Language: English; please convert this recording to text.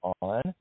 on